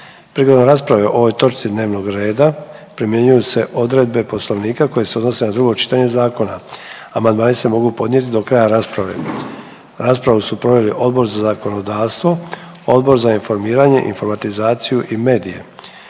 Prigodom rasprave o ovoj točki dnevnog reda primjenjuju se odredbe Poslovnika koje se odnose na drugo čitanje zakona. Amandmani se mogu podnijeti do kraja rasprave. Raspravu su proveli Odbor za zakonodavstvo, Odbor za obrazovanje, znanost i